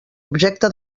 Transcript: objecte